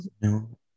no